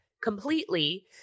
completely